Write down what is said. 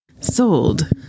sold